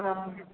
हँ हँ